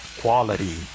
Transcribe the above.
quality